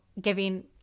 giving